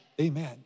amen